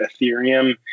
Ethereum